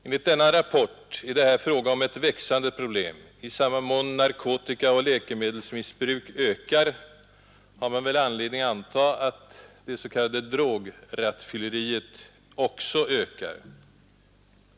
Enligt denna rapport är det här fråga om ett växande problem. I samma mån som narkotikaoch läkemedelsmissbruket ökar har man väl anledning anta att det s.k. drograttfylleriet också ökar.